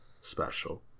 special